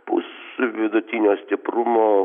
pūs vidutinio stiprumo